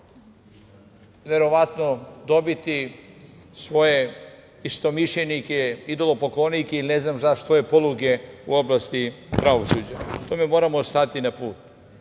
verovatno dobiti svoje istomišljenike, idolopoklonike ili ne znam šta, svoje poluge u oblasti pravosuđa. Tome moramo stati na put.